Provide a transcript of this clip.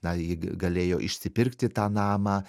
na ji galėjo išsipirkti tą namą